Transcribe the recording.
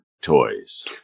toys